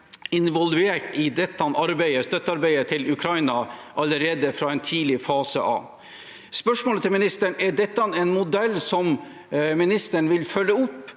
involvert i støttearbeidet til Ukraina allerede fra en tidlig fase. Spørsmålet til statsråden er: Er dette en modell som statsråden vil følge opp